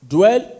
Dwell